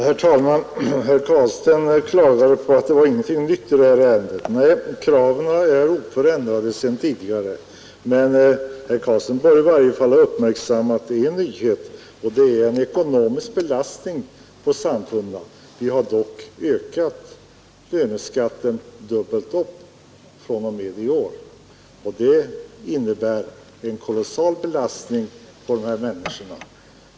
Herr talman! Herr Carlstein klagade över att det inte framkommit någonting nytt i detta ärende. Nej, kraven är oförändrade sedan tidigare. Men herr Carlstein bör i varje fall ha uppmärksammat en nyhet, och det är den ytterligare ekonomiska belastningen på samfunden. Vi har dock fördubblat löneskatten fr.o.m. i år, och det innebär en kolossal belastning på dessa människor.